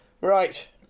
Right